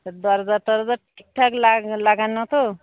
তা দরজা টরজা ঠিকঠাক লাগ লাগানো তো